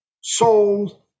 sold